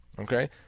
Okay